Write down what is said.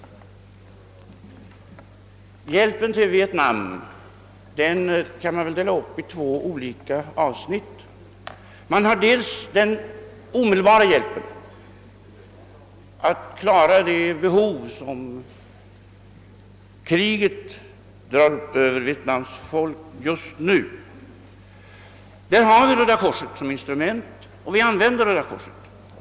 Hjälpen till Vietnam kan väl delas upp i två olika avsnitt. Vi har först den omedelbara hjälpen: att klara de behov som kriget drar över Vietnams folk just nu. Vi har där Röda korset som instrument, och vi använder Röda korset.